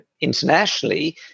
internationally